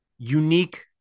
unique